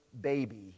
baby